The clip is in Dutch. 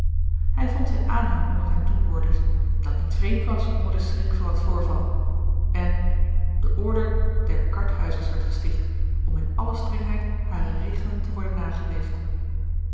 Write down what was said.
hij vond zijn aanhang onder zijne toehoorders dat niet vreemd was onder den schrik van dat voorval en de orde der karthuizers werd gesticht om in alle strengheid harer regelen te worden nageleefd